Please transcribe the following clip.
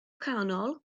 canol